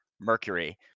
Mercury